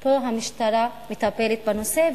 שבו המשטרה מטפלת בנושא,